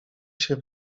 się